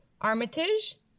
Armitage